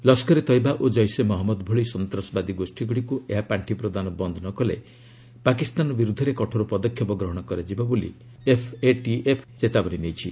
ଲସ୍କରେ ତୟବା ଓ ଜୈସେ ମହମ୍ମଦ ଭଳି ସନ୍ତାସବାଦୀ ଗୋଷୀଗୁଡ଼ିକୁ ଏହା ପାଣ୍ଠି ପ୍ରଦାନ ବନ୍ଦ ନ କଲେ ପାକିସ୍ତାନ ବିରୁଦ୍ଧରେ କଠୋର ପଦକ୍ଷେପ ଗ୍ରହଣ କରାଯିବ ବୋଲି ଏଫ୍ଏଟିଏଫ୍ ଚେତାବନୀ ଦେଇଛି